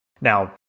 now